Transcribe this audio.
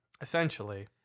Essentially